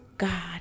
god